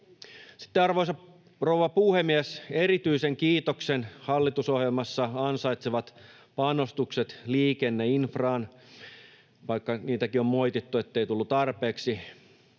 arvoisa rouva puhemies, erityisen kiitoksen hallitusohjelmassa ansaitsevat panostukset liikenneinfraan — vaikka niitäkin on moitittu siitä, ettei niitä tullut tarpeeksi.